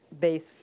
base